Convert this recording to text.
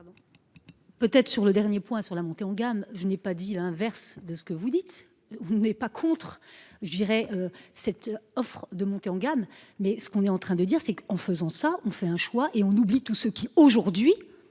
Peut être sur le dernier point sur la montée en gamme. Je n'ai pas dit l'inverse de ce que vous dites. N'est pas contre, je dirais cette offre de monter en gamme mais ce qu'on est en train de dire c'est qu'en faisant ça on fait un choix et on oublie tout ce qui aujourd'hui